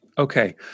Okay